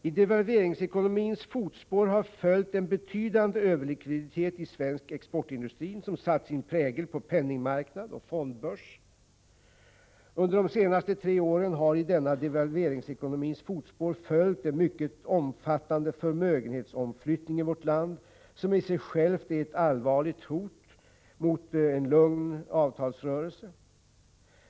I devalveringsekonomins fotspår har följt en betydande överlikviditet i svensk exportindustri, som satt sin prägel på penningmarknad och fondbörs. Under de senaste tre åren har i denna devalveringsekonomis fotspår följt en mycket omfattande förmögenhetsomflyttning i vårt land, som i sig själv är ett allvarligt hot mot en lugn avtalsrörelse.